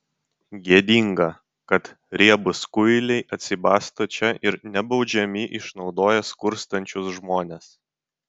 gėdinga kad riebūs kuiliai atsibasto čia ir nebaudžiami išnaudoja skurstančius žmones